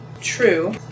True